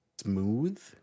smooth